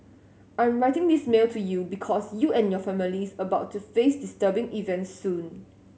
I'm writing this mail to you because you and your families about to face disturbing events soon